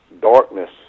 darkness